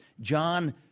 John